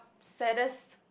saddest